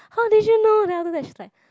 how did you know then after that she's like